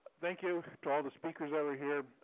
thank you to all the speakers that were here